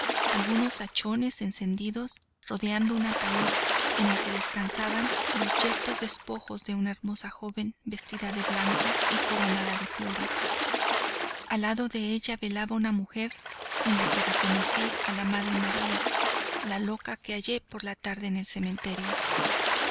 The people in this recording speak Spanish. algunos hachones encendidos rodeando un ataúd en el que descansaban los yertos despojos de una hermosa joven vestida de blanco y coronada de flores al lado de ella velaba una mujer en la que reconocí a la madre maría la loca que hallé por la tarde en el cementerio